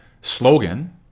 slogan